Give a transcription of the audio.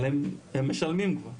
אבל הם משלמים כבר.